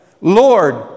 Lord